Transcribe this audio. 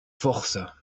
forces